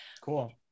cool